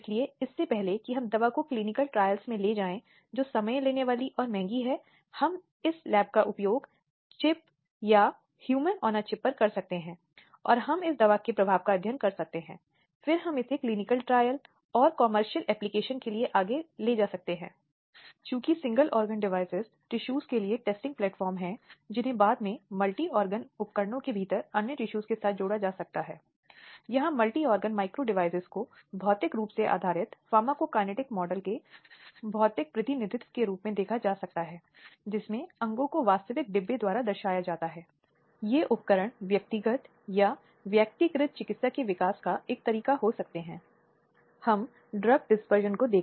इसलिए यह एक ऐसा दृश्य था जो 16 वीं शताब्दी का था और यह एक ऐसा दृश्य है जो भारत में अभी भी अच्छा है हालांकि दुनिया के अधिकांश देशों ने इस वैवाहिक बलात्कार की छूट को हटा दिया है और पति को समान रूप से किसी अन्य अपराधी के रूप में उत्तरदायी बनाता है ऐसे मामलों में अपराध कई अन्य विकराल रूप ले लेता है क्योंकि यह देखा गया है कि अपराधियों द्वारा कई बार नाबालिगों या बहुत छोटे बच्चों के खिलाफ अपराध किया जाता है 6 महीने से 6 साल तक के बच्चे आदि